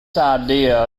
idea